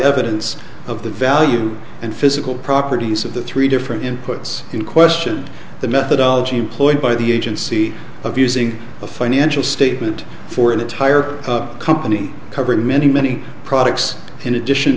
evidence of the value and physical properties of the three different inputs in question the methodology employed by the agency of using a financial statement for an entire company cover many many products in addition